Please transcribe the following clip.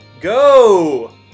go